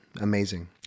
Amazing